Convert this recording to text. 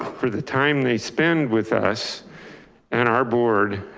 for the time they spend with us and our board.